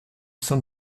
sein